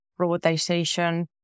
robotization